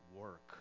work